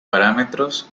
parámetros